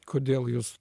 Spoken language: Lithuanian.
kodėl jūs